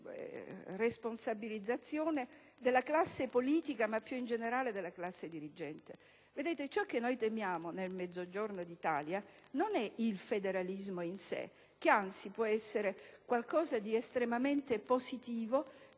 responsabilizzazione della classe politica e, più in generale, della classe dirigente. Ciò che noi temiamo nel Mezzogiorno d'Italia non è il federalismo in sé, che anzi può essere qualcosa di estremamente positivo,